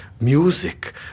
music